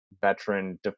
veteran